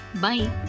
Bye